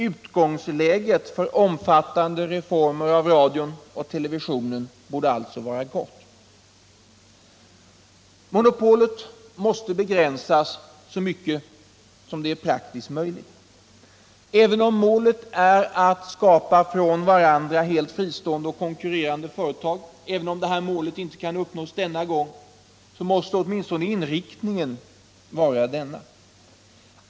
Utgångsläget för omfattande reformer av radion och televisionen borde alltså vara gott. Monopolet måste begränsas så mycket som är praktiskt möjligt. Även om målet att skapa flera från varandra helt fristående och konkurrerande företag inte kan uppnås denna gång, så måste inriktningen vara denna.